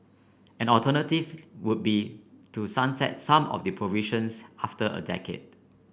an alternative would be to sunset some of the provisions after a decade